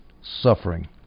suffering